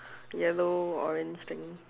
yellow orange thing